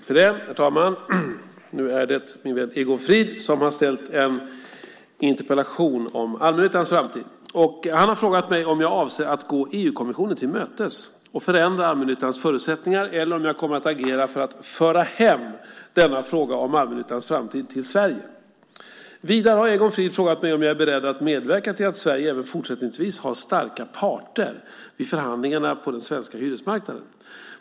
Herr talman! Egon Frid har ställt en interpellation om allmännyttans framtid. Han har frågat mig om jag avser att gå EU-kommissionen till mötes och förändra allmännyttans förutsättningar eller om jag kommer att agera för att föra hem denna fråga om allmännyttans framtid till Sverige. Vidare har Egon Frid frågat mig om jag är beredd att medverka till att Sverige även fortsättningsvis har starka parter vid förhandlingarna på den svenska hyresmarknaden.